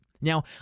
Now